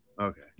Okay